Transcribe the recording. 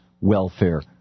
welfare